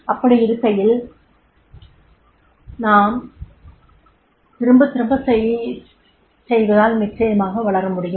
அப்படியிருக்கையில் நாம் திரும்பத் திரும்பச் செய்வதால் நிச்சயமாக வளர முடியும்